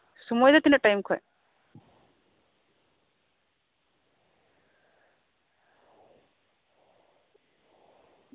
ᱥᱚᱢᱚᱭ ᱫᱚ ᱛᱤᱱᱟᱹᱜ ᱴᱟᱭᱤᱢ ᱠᱷᱚᱡ